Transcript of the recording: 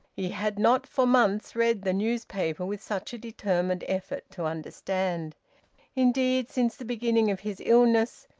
he had not for months read the newspaper with such a determined effort to understand indeed, since the beginning of his illness,